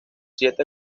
siete